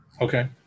Okay